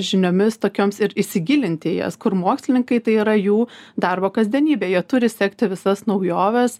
žiniomis tokioms ir įsigilinti į jas kur mokslininkai tai yra jų darbo kasdienybė jie turi sekti visas naujoves